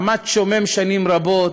זה עמד שומם שנים רבות,